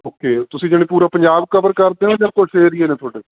okay ਤੁਸੀਂ ਯਾਨੀ ਪੂਰਾ ਪੰਜਾਬ ਕਵਰ ਕਰਦੇ ਹੋ ਜਾਂ ਕੁਛ ਏਰੀਏ ਨੇ ਤੁਹਾਡੇ